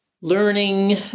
learning